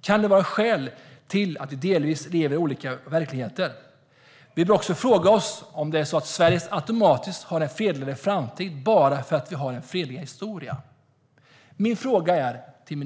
Kan det vara en förklaring till att vi delvis lever i olika verkligheter? Har Sverige automatiskt en fredligare framtid bara för att vi har en fredligare historia?